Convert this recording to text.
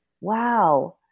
wow